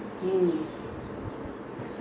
cannot my firm is a very small firm